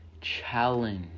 Challenge